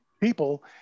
people